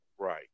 Right